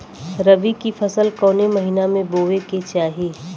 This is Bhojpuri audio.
रबी की फसल कौने महिना में बोवे के चाही?